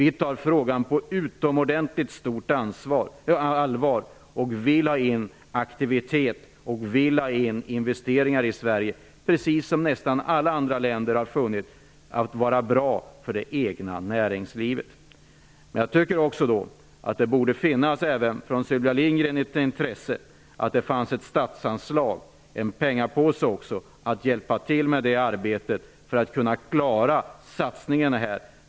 Vi tar frågan på utomordentligt stort allvar och vill ha in aktivitet och investeringar i Sverige. Vi har, precis som i nästan alla andra länder, funnit detta vara bra för egna näringslivet. Det borde även från Sylvia Lindgren finnas ett intresse för att det finns ett statsanslag, och även en pengapåse, för att hjälpa till med detta arbete och kunna klara satsningarna.